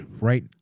right